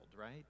right